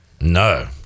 No